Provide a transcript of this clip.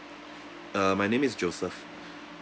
uh my name is joseph